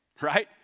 right